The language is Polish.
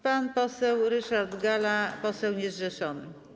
Pan poseł Ryszard Galla, poseł niezrzeszony.